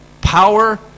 power